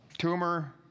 tumor